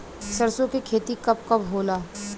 सरसों के खेती कब कब होला?